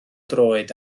droed